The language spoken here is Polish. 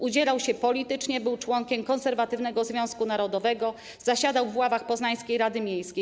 Udzielał się politycznie, był członkiem konserwatywnego Związku Narodowego, zasiadał w ławach poznańskiej rady miejskiej.